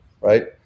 Right